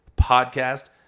podcast